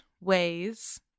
ways